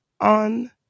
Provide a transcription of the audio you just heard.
on